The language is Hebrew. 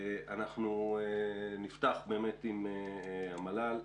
נפתח עם המל"ל,